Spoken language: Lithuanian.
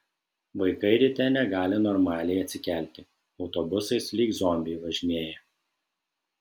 vaikai ryte negali normaliai atsikelti autobusais lyg zombiai važinėja